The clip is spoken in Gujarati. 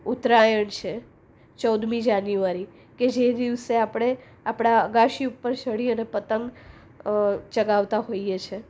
ઉત્તરાયણ છે ચૌદમી જાન્યુઆરી કે જે દિવસે આપડે આપડા અગાશી ઉપર ચડી પતંગ ચગાવતા હોઈએ છે